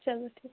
چلو ٹھیٖک